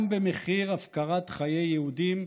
גם במחיר הפקרת חיי יהודים,